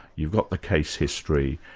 you've got the case history,